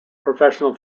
professional